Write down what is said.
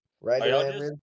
Right